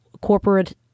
corporate